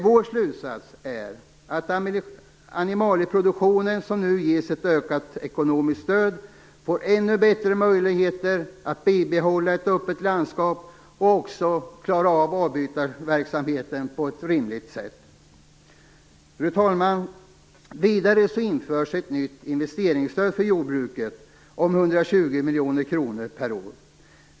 Vår slutsats är att animalieproduktionen som nu ges ett ökat ekonomiskt stöd får ännu bättre möjligheter att bibehålla ett öppet landskap och också att klara av avbytarverksamheten på ett rimligt sätt. Fru talman! Vidare införs ett nytt investeringsstöd till jordbruket om 120 miljoner kronor per år.